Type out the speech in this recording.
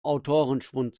autorenschwund